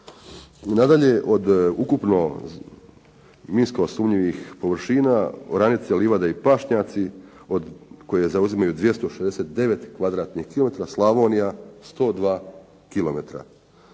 Nadalje, od ukupno minsko sumnjivih površina, oranice, livade i pašnjaci koje zauzimaju 269 kvadratnih kilometara, Slavonija 102 kilometra.